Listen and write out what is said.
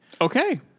Okay